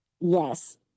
Yes